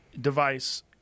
device